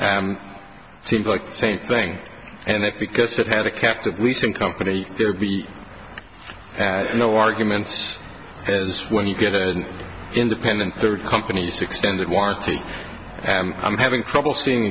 months seemed like the same thing and that because it had a captive leasing company there'd be no arguments as when you get an independent third company's extended warranty and i'm having trouble seeing